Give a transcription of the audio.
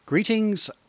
Greetings